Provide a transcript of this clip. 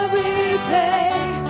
repay